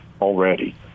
already